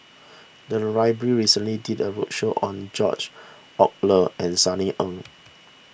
the library recently did a roadshow on George Oehlers and Sunny Ang